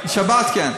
בשבת, כן.